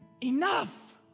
enough